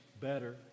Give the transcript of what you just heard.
better